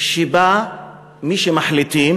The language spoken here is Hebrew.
שבה מי שמחליטים